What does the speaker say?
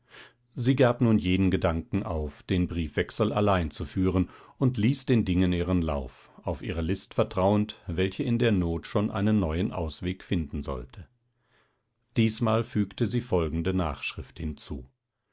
sie gab nun jeden gedanken auf den briefwechsel allein zu führen und ließ den dingen ihren lauf auf ihre list vertrauend welche in der not schon einen neuen ausweg finden sollte diesmal fügte sie folgende nachschrift hinzu